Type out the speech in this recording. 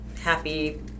happy